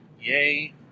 Yay